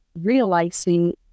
realizing